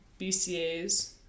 BCAs